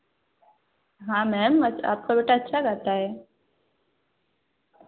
हाँ मैम आपका बेटा अच्छा गाता है